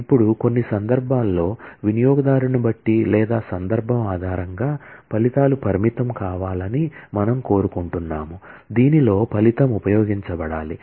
ఇప్పుడు కొన్ని సందర్భాల్లో వినియోగదారుని బట్టి లేదా సందర్భం ఆధారంగా ఫలితాలు పరిమితం కావాలని మనము కోరుకుంటున్నాము దీనిలో ఫలితం ఉపయోగించబడాలి